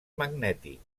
magnètic